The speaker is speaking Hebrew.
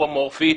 שהוא אמורפי,